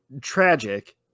tragic